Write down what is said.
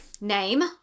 Name